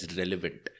relevant